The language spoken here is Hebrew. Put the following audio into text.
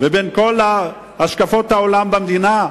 ובין כל השקפות העולם במדינה?